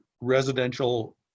residential